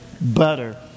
butter